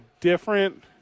different